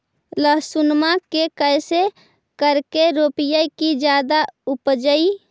लहसूनमा के कैसे करके रोपीय की जादा उपजई?